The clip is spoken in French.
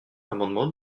l’amendement